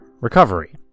recovery